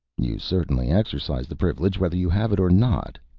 you certainly exercise the privilege whether you have it or not,